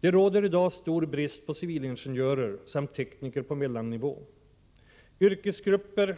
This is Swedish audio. Det råder i dag stor brist på civilingenjörer samt tekniker på mellannivå. Detta är yrkesgrupper